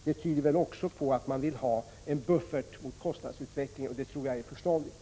Det tyder väl också på att man vill ha en buffert mot kostnadsutvecklingen, och det tror jag är förståndigt.